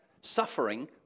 Suffering